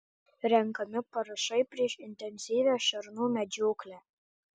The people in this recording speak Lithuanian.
renkami parašai prieš intensyvią šernų medžioklę